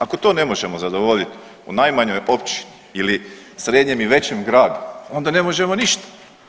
Ako to ne možemo zadovoljiti u najmanjoj općini ili srednjem i većem gradu, onda ne možemo ništa.